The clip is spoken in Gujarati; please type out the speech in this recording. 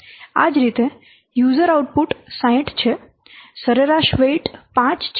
આ જ રીતે યુઝર આઉટપુટ 60 છે સરેરાશ વેઇટ 5 છે